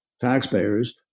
taxpayers